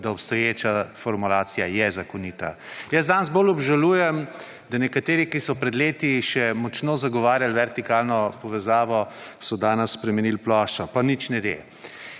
je obstoječa formulacija zakonita. Jaz danes bolj obžalujem, da nekateri, ki so pred leti še močno zagovarjali vertikalno povezavo, so danes spremenili ploščo, pa nič ne de.